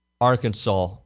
Arkansas